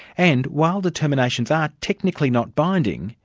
and while determinations are technically not binding,